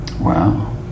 wow